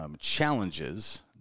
challenges